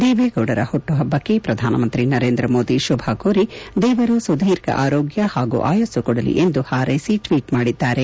ದೇವೇಗೌಡರ ಹುಟ್ಟುಪಬ್ಪಕ್ಕೆ ಪ್ರಧಾನಮಂತ್ರಿ ನರೇಂದ್ರ ಮೋದಿ ಶುಭಕೋರಿ ದೇವರು ಸುದೀರ್ಘ ಆರೋಗ್ಗ ಹಾಗೂ ಆಯಸ್ಸು ಕೊಡಲಿ ಎಂದು ಹಾರ್ಲೆಸಿ ಟ್ವೀಟ್ ಮಾಡಿದ್ದಾರೆ